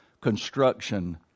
construction